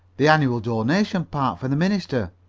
the annual donation party for the minister.